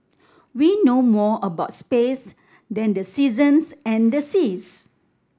we know more about space than the seasons and the seas